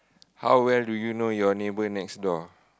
how well do you know your neighbour next door